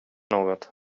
något